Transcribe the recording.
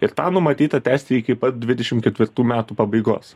ir tą numatyta tęsti iki pat dvidešimt ketvirtų metų pabaigos